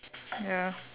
ya